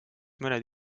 mõned